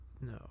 no